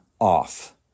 off